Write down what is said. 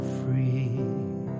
free